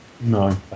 no